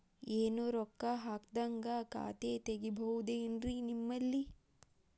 ಏನು ರೊಕ್ಕ ಹಾಕದ್ಹಂಗ ಖಾತೆ ತೆಗೇಬಹುದೇನ್ರಿ ನಿಮ್ಮಲ್ಲಿ?